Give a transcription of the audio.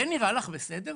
זה נראה לך בסדר?